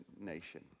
nation